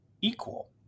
equal